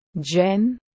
Jen